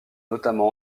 notamment